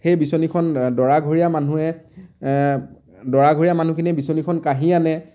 সেই বিচনীখন দৰাঘৰীয়া মানুহে দৰাঘৰীয়া মানুহখিনিয়ে বিচনীখন কাঢ়ি আনে